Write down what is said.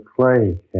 play